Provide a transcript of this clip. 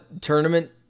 tournament